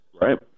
Right